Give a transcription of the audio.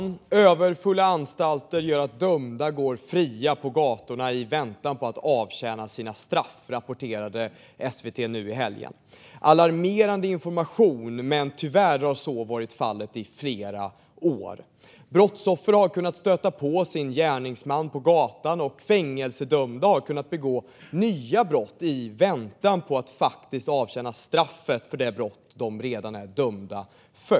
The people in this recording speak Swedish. Fru talman! Överfulla anstalter gör att dömda går fria på gatorna i väntan på att avtjäna sina straff, rapporterade SVT nu i helgen. Det är alarmerande information, men tyvärr har så varit fallet i flera år. Brottsoffer har kunnat stöta på sin gärningsman på gatan, och fängelsedömda har kunnat begå nya brott i väntan på att faktiskt avtjäna straffen för de brott som de redan är dömda för.